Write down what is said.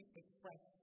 express